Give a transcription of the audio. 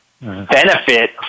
benefit